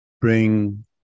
bring